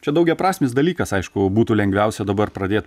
čia daugiaprasmis dalykas aišku būtų lengviausia dabar pradėt